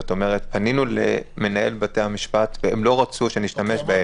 זאת אומרת שפנינו למנהל בתי המשפט והם לא רצו שנשתמש בהם.